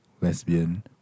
lesbian